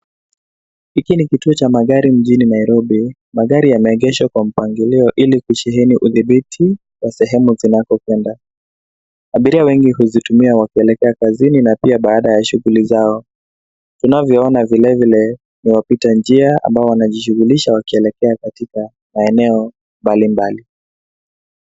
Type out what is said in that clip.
Hiki ni kituo cha magari mjini Nairobi. Magari yameegeshwa kwa mpangilio ili kusheheni udhibiti wa sehemu zinapokwenda. Abiria wengi huzitumia wakielekea kazini na pia baada ya shuguli zao. Tunavyoona vilevile, kuna wapita njia ambao wanajishugulisha wakielekea katika maeneo mbalimbali.